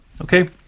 Okay